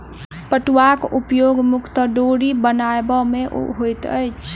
पटुआक उपयोग मुख्यतः डोरी बनयबा मे होइत अछि